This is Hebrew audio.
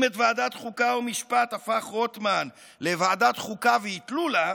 אם את ועדת חוקה ומשפט הפך רוטמן לוועדת חוקה ואיטלולא,